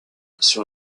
sur